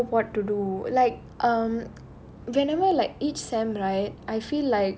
I don't know what to do like um whenever like each semester right I feel like